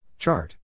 Chart